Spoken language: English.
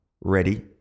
ready